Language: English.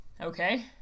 Okay